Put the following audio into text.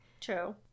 True